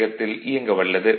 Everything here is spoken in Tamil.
வேகத்தில் இயங்கவல்லது